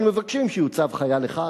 אנחנו מבקשים שיוצב חייל אחד,